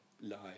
live